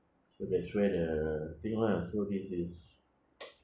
so that's where the thing lah so this is